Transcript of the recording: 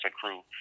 crew